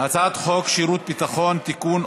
הצעת חוק שירות ביטחון (תיקון,